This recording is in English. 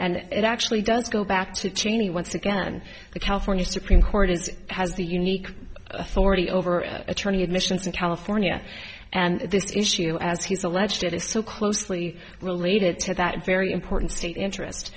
and it actually does go back to cheney once again the california supreme court is has the unique authority over attorney admissions in california and this issue as he's alleged it is so closely related to that very important state interest